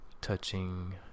touching